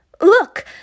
Look